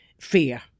fear